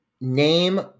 name